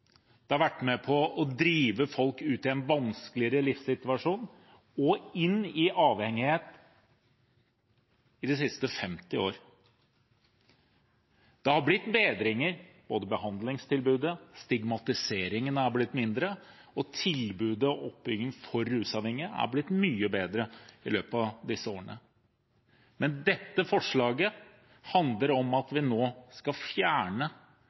Det har vært med på å drive folk ut i en mer vanskelig livssituasjon og inn i avhengighet, i de siste 50 år. Det er blitt bedringer. Det gjelder behandlingstilbudet, stigmatiseringen er blitt mindre, og oppbyggingen av tilbudet for rusavhengige er blitt mye bedre i løpet av disse årene. Men dette forslaget handler om at vi nå skal fjerne